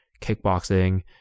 kickboxing